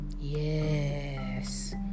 yes